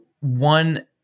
one